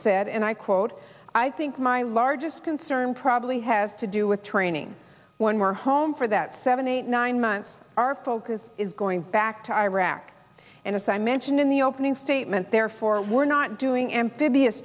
said and i quote i think my largest concern probably has to do with training when we're home for that seven eight nine months our focus is going back to iraq and as i mentioned in the opening statement therefore we're not doing amphibious